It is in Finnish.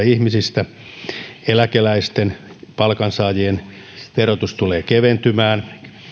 ihmisistä eläkeläisten palkansaajien verotus tulee keventymään